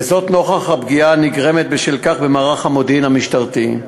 נוכח הפגיעה הנגרמת בשל כך במערך המודיעין המשטרתי,